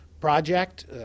project